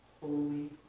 Holy